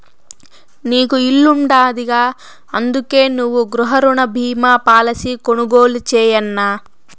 నీకు ఇల్లుండాదిగా, అందుకే నువ్వు గృహరుణ బీమా పాలసీ కొనుగోలు చేయన్నా